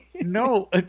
no